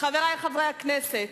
רבותי חברי הכנסת.